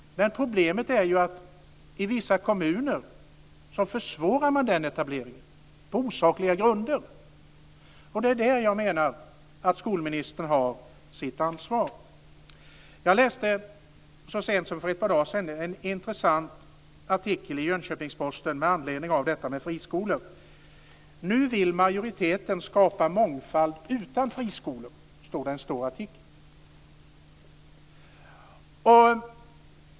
Problemet är ju att vissa kommuner försvårar den etableringen, på osakliga grunder. Det är där jag menar att skolministern har sitt ansvar. Jag läste så sent som för ett par dagar sedan en intressant artikel i Jönköpings-Posten med anledning av frågan om friskolor. "S vill skapa mångfald utan friskolor", står det i artikeln.